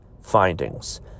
findings